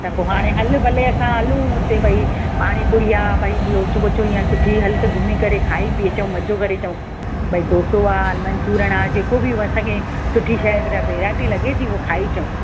त पो हाणे हलु भले असां उते हलूं भाई पानीपुरी आ भई लोचो ॿोचो ईंअ सुठी हलु त घुमी करे खाई पी अचऊं मज़ो करे अचऊं भाई डोसो आ मंचूरण आ जेको बि व असां खे सुठी शइ वैराइटी लॻे ती उहो खाई अचऊं